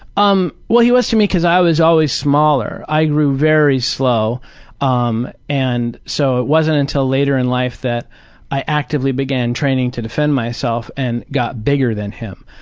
um well he was to me because i was always smaller. i grew very slow um and so it wasn't until later in life that i actively began training to defend myself and got bigger than him.